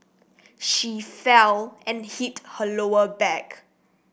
she fell and hit her lower back